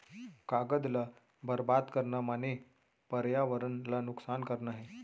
कागद ल बरबाद करना माने परयावरन ल नुकसान करना हे